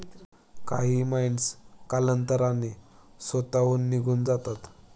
काही माइटस कालांतराने स्वतःहून निघून जातात